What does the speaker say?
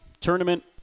tournament